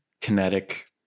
kinetic